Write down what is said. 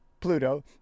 Pluto